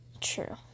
True